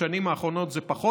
בשנים האחרונות זה פחות.